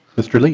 mr. like